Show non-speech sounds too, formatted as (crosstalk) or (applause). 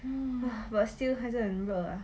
(noise) but still 还是很热啊